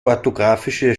orthografische